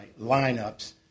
lineups